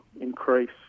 increase